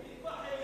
"אטבח אל-יהוד".